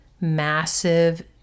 massive